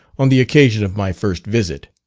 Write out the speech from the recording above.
on the occasion of my first visit.